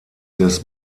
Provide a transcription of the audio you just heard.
des